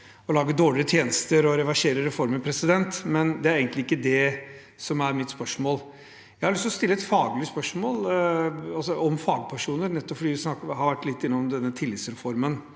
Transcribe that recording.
å lage dårligere tjenester og reversere reformer, men det er egentlig ikke det som er mitt spørsmål. Jeg har lyst til å stille et faglig spørsmål, altså om fagpersoner, nettopp fordi vi har vært litt innom denne tillitsreformen.